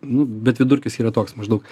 nu bet vidurkis yra toks maždaug